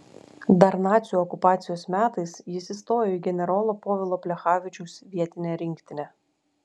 dar nacių okupacijos metais jis įstojo į generolo povilo plechavičiaus vietinę rinktinę